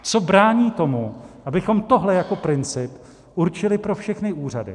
Co brání tomu, abychom tohle jako princip určili pro všechny úřady?